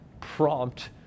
prompt